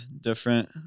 different